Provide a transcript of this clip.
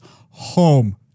home